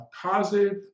positive